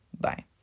Bye